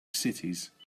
cities